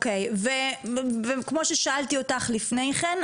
כמו ששאלתי אותך לפני כן,